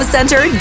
Center